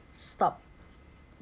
stop